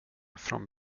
från